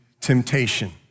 temptation